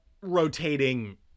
rotating